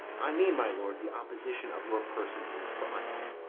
i mean, my lord, the opposition of your person in trial.